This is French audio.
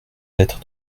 d’être